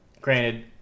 granted